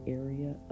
area